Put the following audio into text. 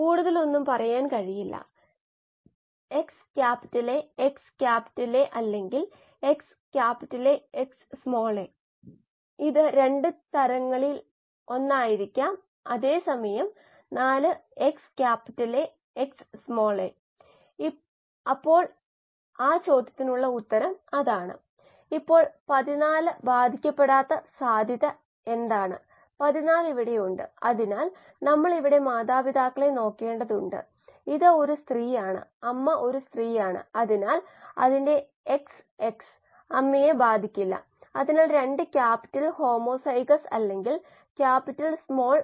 കോശങ്ങളിലെ കാർബണിന്റെ mass biomass 0